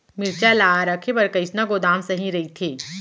मिरचा ला रखे बर कईसना गोदाम सही रइथे?